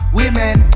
women